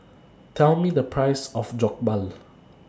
Tell Me The Price of Jokbal